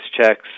checks